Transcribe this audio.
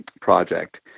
project